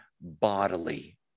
bodily